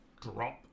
drop